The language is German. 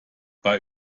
bei